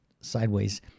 sideways